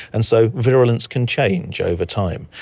and so virulence can change over time.